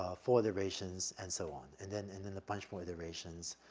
ah, four iterations and so on. and then and then a bunch more iterations,